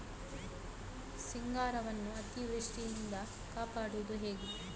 ಸಿಂಗಾರವನ್ನು ಅತೀವೃಷ್ಟಿಯಿಂದ ಕಾಪಾಡುವುದು ಹೇಗೆ?